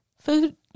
Food